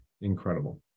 incredible